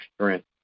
strength